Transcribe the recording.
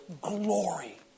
glory